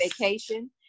vacation